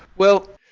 well,